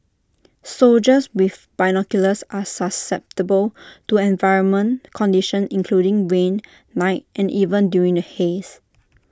soldiers with binoculars are susceptible to environment conditions including rain night and even during the haze